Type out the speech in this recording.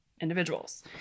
individuals